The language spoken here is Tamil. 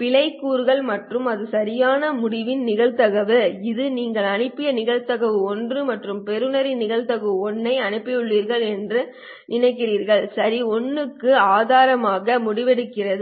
பிழைக் கூறுகள் மற்றும் இது சரியான முடிவின் நிகழ்தகவு இது நீங்கள் அனுப்பிய நிகழ்தகவு 1 மற்றும் பெறுநரும் நீங்கள் 1 ஐ அனுப்பியுள்ளீர்கள் என்று நினைக்கிறீர்கள் சரி 1க்கு ஆதரவாக முடிவெடுக்கிறது